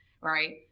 Right